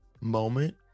moment